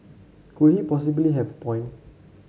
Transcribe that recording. could he possibly have a point